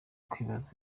kwibaza